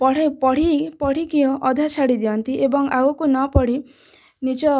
ପଢ଼ା ପଢ଼ିକି ଅଧା ଛାଡ଼ି ଦିଅନ୍ତି ଏବଂ ଆଗକୁ ନ ପଢ଼ି ନିଜ